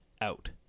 out